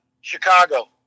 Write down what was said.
Chicago